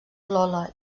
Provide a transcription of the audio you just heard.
lola